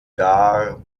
gar